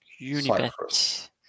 Unibet